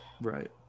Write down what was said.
Right